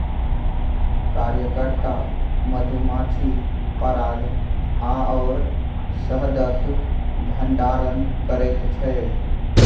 कार्यकर्ता मधुमाछी पराग आओर शहदक भंडारण करैत छै